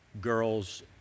girls